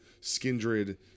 skindred